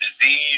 disease